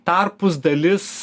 tarpus dalis